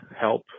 help